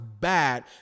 bad